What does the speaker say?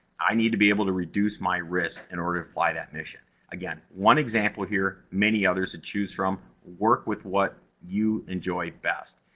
i need to be able to reduce my risk in order to fly that mission. again, one example here, many others to choose from. work with what you enjoy best.